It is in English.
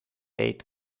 eight